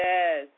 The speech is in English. Yes